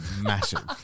massive